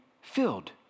filled